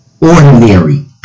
ordinary